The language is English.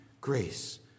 grace